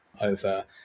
over